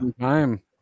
time